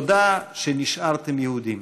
"תודה שנשארתם יהודים".